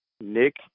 Nick